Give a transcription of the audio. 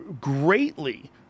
greatly